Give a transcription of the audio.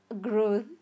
growth